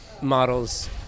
models